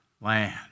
land